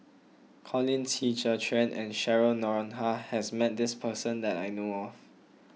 Colin Qi Zhe Quan and Cheryl Noronha has met this person that I know of